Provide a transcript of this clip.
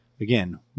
Again